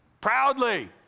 proudly